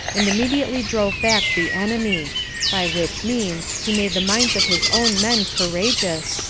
and immediately drove back the enemy by which means he made the minds of his own men courageous,